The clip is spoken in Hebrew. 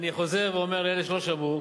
אני חוזר ואומר לאלה שלא שמעו.